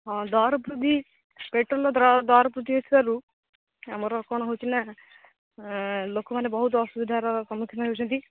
ହଁ ଦର ବୃଦ୍ଧି ପେଟ୍ରୋଲର ଦର ବୃଦ୍ଧି ହେଇଥିବାରୁ ଆମର କ'ଣ ହେଉଛି ନା ଲୋକମାନେ ବହୁତ ଅସୁବିଧାର ସମ୍ମୁଖୀନ ହେଉଛନ୍ତି